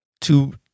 to-